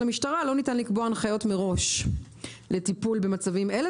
המשטרה לא ניתן לקבוע הנחיות מראש לטיפול במצבים אלה,